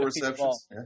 receptions